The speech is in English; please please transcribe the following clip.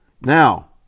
Now